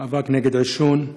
המאבק בעישון,